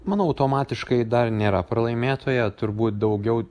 manau automatiškai dar nėra pralaimėtoja turbūt daugiau